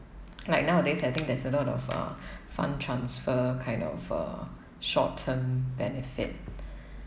like nowadays I think there's a lot of uh fund transfer kind of uh short term benefit